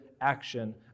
action